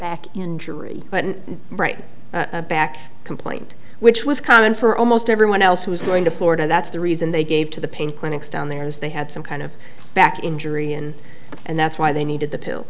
back injury but right back complaint which was common for almost everyone else who was going to florida that's the reason they gave to the pain clinics down there as they had some kind of back injury in and that's why they needed the pills